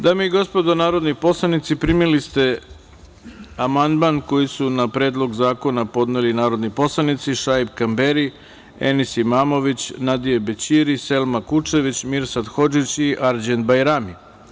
Dame i gospodo narodni poslanici, primili ste amandman koji su na Predlog zakona podneli narodni poslanici: Šaip Kamberi, Enis Imamović, Nadije Bećiri, Selma Kučević, Mirsad Hodžić i Arđend Bajrami.